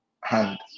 hand